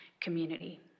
community